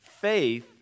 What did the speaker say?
faith